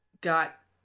got